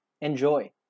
Enjoy